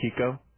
Kiko